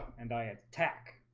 and i had tech